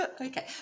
Okay